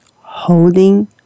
holding